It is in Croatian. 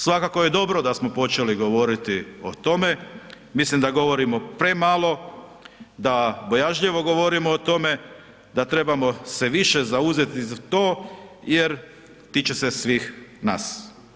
Svakako je dobro da smo počeli govoriti o tome, mislim da govorimo premalo, da bojažljivo govorimo o tome, da trebamo se više zauzeti za to jer tiče se svih nas.